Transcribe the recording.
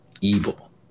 evil